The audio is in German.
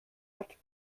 hat